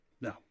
no